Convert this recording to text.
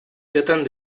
tratan